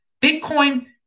Bitcoin